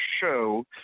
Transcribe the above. show